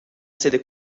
sede